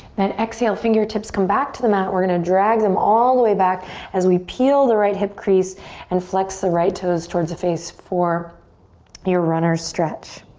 then exhale, fingertips come back to the mat. we're gonna drag them all the way back as we peel the right hip crease and flex the right toes towards the face for your runners stretch.